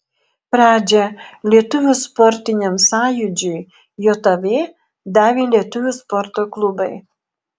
pradžią lietuvių sportiniam sąjūdžiui jav davė lietuvių sporto klubai